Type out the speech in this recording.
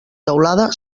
teulada